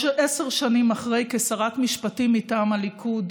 עשר שנים אחרי, כשרת משפטים מטעם הליכוד,